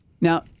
Now